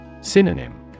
Synonym